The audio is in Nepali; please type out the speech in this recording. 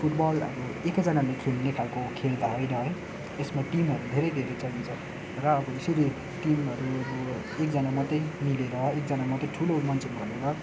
फुटबल अब एकैजनाले खेल्ने खालको खेल त होइन है यसमा टिमहरू धेरै धेरै चाहिन्छ र अब यसैले टिमहरू एकजना मात्रै मिलेर एकजना मात्रै ठुलो मन्छे भनेर